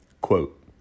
Quote